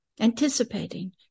anticipating